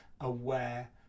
aware